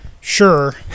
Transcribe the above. sure